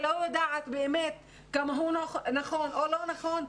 לא יודעת באמת כמה הוא נכון או לא נכון,